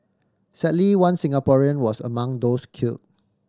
sadly one Singaporean was among those killed